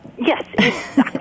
Yes